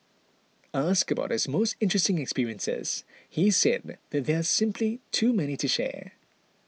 asked about his most interesting experiences he said that there are simply too many to share